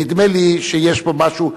נדמה לי שיש פה משהו,